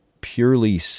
purely